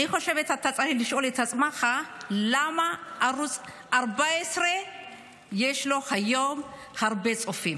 אני חושבת שאתה צריך לשאול את עצמך למה לערוץ 14 יש היום הרבה צופים.